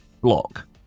block